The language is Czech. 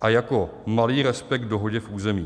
a jako malý respekt k dohodě v území.